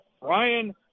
Ryan